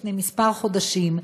לפני כמה חודשים,